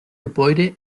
gebäude